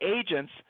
agents –